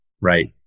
right